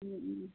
Om Om